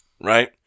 right